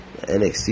NXT